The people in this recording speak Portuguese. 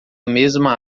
mesma